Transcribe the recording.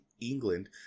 England